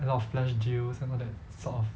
a lot of flash deals and all that sort of